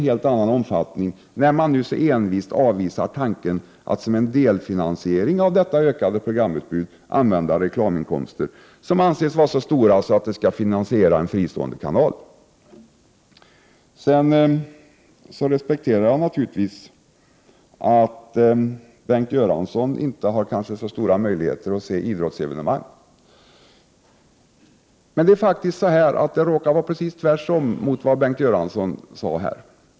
Men man avvisar envist tanken att som delfinansiering av detta ökade programutbud använda reklaminkomster — samtidigt som dessa anses vara så stora att de skall finansiera en fristående kanal! Jag respekterar naturligtvis att Bengt Göransson inte har så stora möjligheter att se idrottsevenemang. Men i verkligheten är det precis tvärtom mot vad han sade.